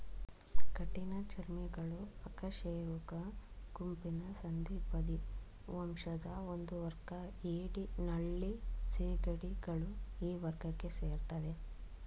ಕಠಿಣಚರ್ಮಿಗಳು ಅಕಶೇರುಕ ಗುಂಪಿನ ಸಂಧಿಪದಿ ವಂಶದ ಒಂದುವರ್ಗ ಏಡಿ ನಳ್ಳಿ ಸೀಗಡಿಗಳು ಈ ವರ್ಗಕ್ಕೆ ಸೇರ್ತದೆ